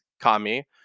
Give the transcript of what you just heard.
Kami